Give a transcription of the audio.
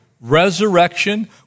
resurrection